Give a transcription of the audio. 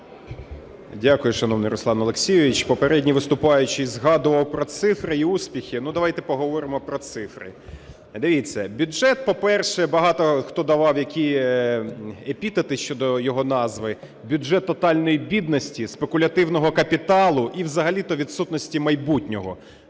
Дякую, шановний Руслан Олексійович. Попередній виступаючий згадував про цифри і успіхи. Давайте поговоримо про цифри. Дивіться, бюджет, по-перше, багато хто давав які епітети щодо його назви – бюджет тотальної бідності, спекулятивного капіталу і взагалі-то відсутності майбутнього.